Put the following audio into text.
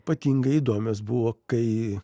ypatingai įdomios buvo kai